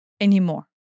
anymore